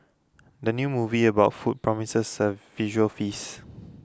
the new movie about food promises a visual feast